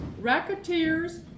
racketeers